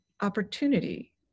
opportunity